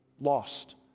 lost